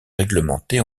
réglementée